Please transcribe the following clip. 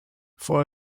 for